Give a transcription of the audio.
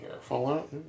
Fallout